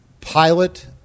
pilot